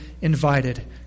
invited